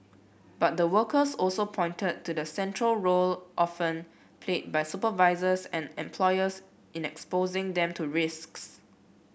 but the workers also pointed to the central role often played by supervisors and employers in exposing them to risks